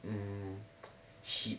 hmm she